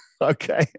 Okay